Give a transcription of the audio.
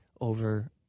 over